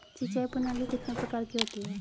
सिंचाई प्रणाली कितने प्रकार की होती हैं?